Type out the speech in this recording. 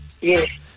Yes